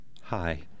Hi